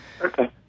Okay